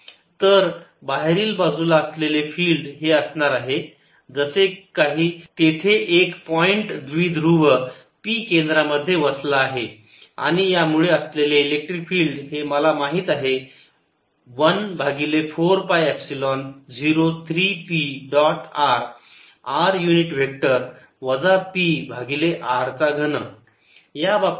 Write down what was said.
तर बाहेरील बाजूला असलेले फिल्ड हे असणार आहे जसे काही तेथे एक पॉईंट द्विध्रुव p केंद्रामध्ये वसला आहे आणि यामुळे असलेले इलेक्ट्रिक फिल्ड हे मला माहित आहे 1 भागिले 4 pi epsilon 0 3 p dot r r unit vector वजा p भागिले r चा घन